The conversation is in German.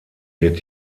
wird